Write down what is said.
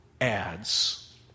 adds